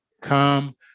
Come